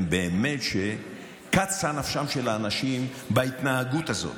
הן שקצה נפשם של האנשים בהתנהגות הזאת,